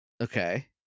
Okay